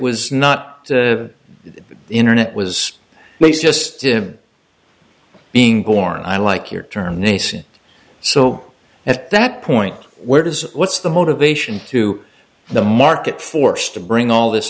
was not the internet was most just a being born i like your term nascent so at that point where does what's the motivation to the market force to bring all this